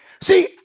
See